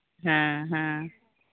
ᱦᱮᱸ ᱦᱮᱸ